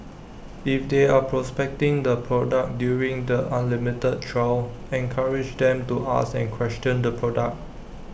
if they are prospecting the product during the unlimited trial encourage them to ask and question the product